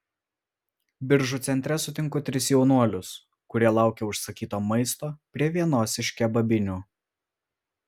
biržų centre sutinku tris jaunuolius kurie laukia užsakyto maisto prie vienos iš kebabinių